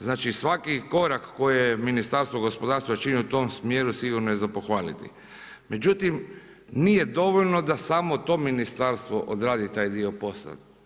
Znači svaki korak koje Ministarstvo gospodarstva čini u tom smjeru sigurno je za pohvaliti međutim nije dovoljno da samo to ministarstvo odradi taj dio posla.